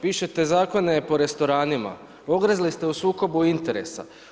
Pište zakone po restoranima, ogrezli ste po sukobu interesa.